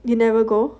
you never go